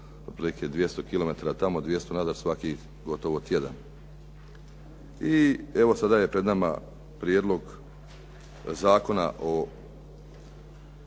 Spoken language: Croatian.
Otprilike 200 kilometara tamo, 200 nazad svaki gotovo tjedan. I evo sada je pred nama Prijedlog zakona o